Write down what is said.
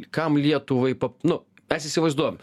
kam lietuvai pab nu mes įsivaizduojam